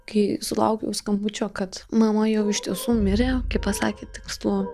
kai sulaukiau skambučio kad mama jau iš tiesų mirė kai pasakė tikslų